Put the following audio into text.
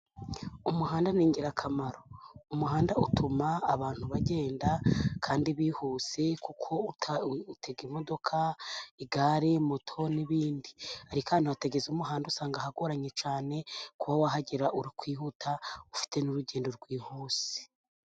Umuhanda ni ingirakamaro, umuhanda utuma abantu bagenda kandi bihuse kuko utega imodoka, igare, moto n'ibindi. Ariko ahantu hatageze umuhanda usanga hagoranye cyane kuba wahagera uri kwihuta ufite n'urugendo rwihuse.